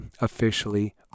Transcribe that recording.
officially